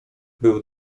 był